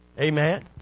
Amen